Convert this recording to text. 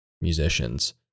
musicians